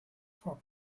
for